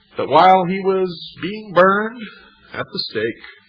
that, while he was being burned at the stake,